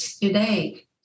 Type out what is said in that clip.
today